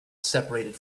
separated